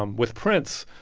um with prince,